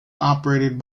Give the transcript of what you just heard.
operated